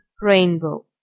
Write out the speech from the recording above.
Rainbow